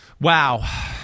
Wow